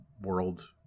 World